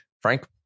Frank